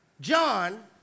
John